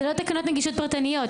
זה לא תקנות נגישות פרטנית.